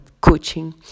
coaching